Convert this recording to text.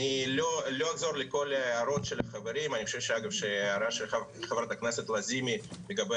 אני חושב שההערה של חברת הכנסת לזימי לגבי